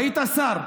היית שר.